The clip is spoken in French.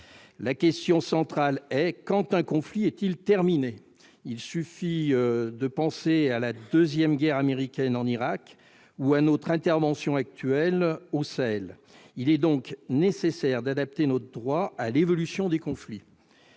pose est celle-ci : quand un conflit est-il terminé ? Il suffit de penser à la deuxième guerre américaine en Irak ou à notre intervention actuelle au Sahel ... Il est donc nécessaire d'adapter notre droit à l'évolution des conflits.